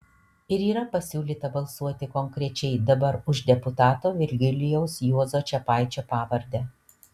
ir yra pasiūlyta balsuoti konkrečiai dabar už deputato virgilijaus juozo čepaičio pavardę